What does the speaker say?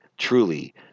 truly